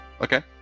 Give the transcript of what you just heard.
Okay